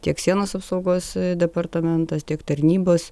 tiek sienos apsaugos departamentas tiek tarnybos